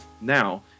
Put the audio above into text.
Now